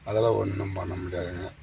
அதெல்லாம் ஒன்றும் பண்ண முடியாதுங்க